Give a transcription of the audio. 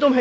Det